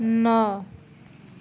नओ